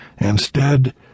Instead